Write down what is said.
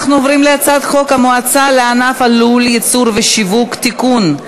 אנחנו עוברים להצעת חוק המועצה לענף הלול (ייצור ושיווק) (תיקון,